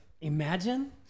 Imagine